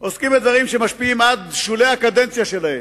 עוסקים בדברים שמשפיעים עד שולי הקדנציה שלהם,